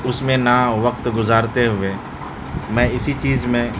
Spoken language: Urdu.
اس میں نا وقت گزارتے ہوئے میں اسی چیز میں